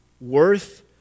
worth